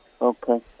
okay